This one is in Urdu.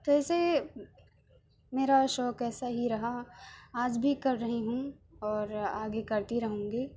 تو اسے میرا شوق ایسا ہی رہا آج بھی کر رہی ہوں اور آگے کرتی رہوں گی